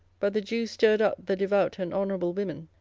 but the jews stirred up the devout and honourable women,